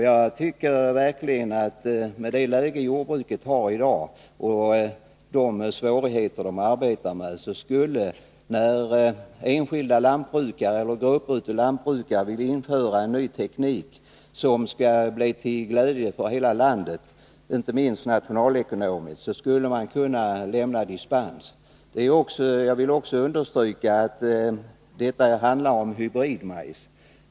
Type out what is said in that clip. Jag tycker verkligen att med det läge jordbruket har i dag och de svårigheter det står inför skulle man kunna lämna dispens, när enskilda lantbrukare eller grupper av lantbrukare vill införa en ny teknik som skall bli till glädje för hela landet — inte minst nationalekonomiskt. Jag vill också understryka att detta handlar om hybridmajs.